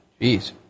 Jeez